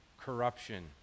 corruption